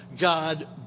God